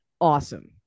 awesome